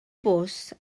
bws